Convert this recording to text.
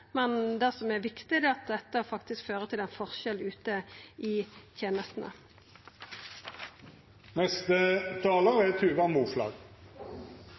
men det som er viktig, er at dette faktisk fører til ein forskjell ute i tenestene.